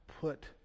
put